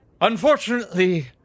unfortunately